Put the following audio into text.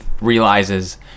realizes